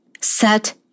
Set